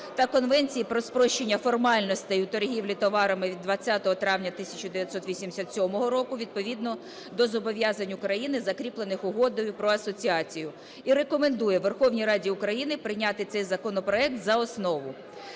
та Конвенції про спрощення формальностей у торгівлі товарами від 20 травня 1987 року відповідно до зобов'язань України, закріплених Угодою про асоціацію, і рекомендує Верховній Раді України прийняти цей законопроект за основу.